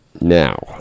Now